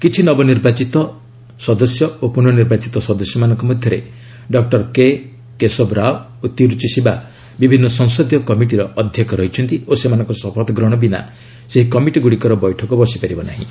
କିଛି ନବନିର୍ବାଚିତ ଓ ପୁନଃ ନିର୍ବାଚିତ ସଦସ୍ୟମାନଙ୍କ ମଧ୍ୟରେ ଡକ୍କର କେ କେଶବ ରାଓ ଓ ତିରୁଚି ଶିବା ବିଭିନ୍ନ ସଂସଦୀୟ କମିଟିର ଅଧ୍ୟକ୍ଷ ରହିଛନ୍ତି ଓ ସେମାନଙ୍କ ଶପଥ ଗ୍ରହଣ ବିନା ସେହି କମିଟି ଗୁଡ଼ିକର ବୈଠକ ବସିପାରିବ ନାହିଁ